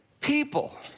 people